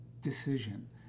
decision